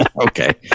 Okay